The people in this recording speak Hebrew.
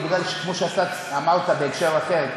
כמו שאתה אמרת בהקשר אחר,